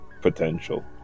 potential